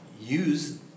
use